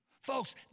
Folks